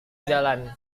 jalan